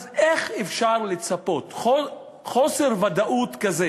אז איך אפשר לצפות, חוסר ודאות כזה